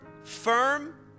firm